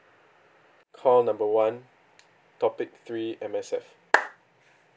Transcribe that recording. call number one topic three M_S_F